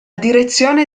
direzione